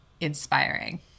inspiring